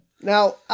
Now